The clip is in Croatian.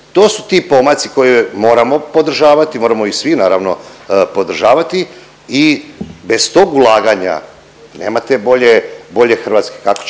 to su ti pomaci koje moramo podržavati, moramo ih svi naravno podržavati i bez tog ulaganja nema te bolje Hrvatske. Kako ćete